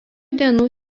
dienų